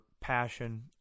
passion